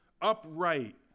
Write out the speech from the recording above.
Upright